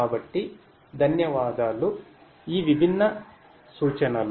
కాబట్టి ధన్యవాదాలు ఈ విభిన్న సూచనలు